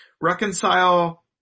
reconcile